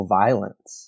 violence